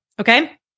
Okay